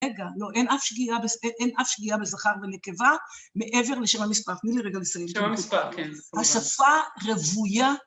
רגע, לא, אין אף שגיאה בזכר ונקבה מעבר לשם המספר, תנו לי רגע לסיים. לשם המספר, כן. השפה רבויה.